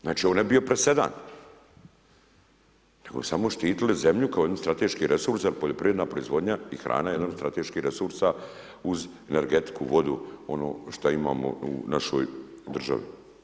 Znači ovo ne bi bio presedan nego bi samo štitili zemlju kao jedan strateški resurs jer je poljoprivredna proizvodnja i hrana je jedan od strateških resursa uz energetiku, vodu onu što imamo u našoj državi.